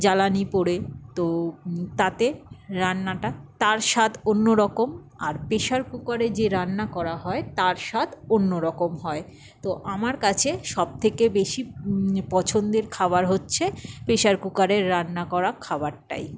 জ্বালানি পোড়ে তো তাতে রান্নাটা তার স্বাদ অন্যরকম আর প্রেশার কুকারে যে রান্না করা হয় তার স্বাদ অন্যরকম হয় তো আমার কাছে সব থেকে বেশি পছন্দের খাবার হচ্ছে প্রেশার কুকারের রান্না করা খাবারটাই